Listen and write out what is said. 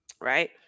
right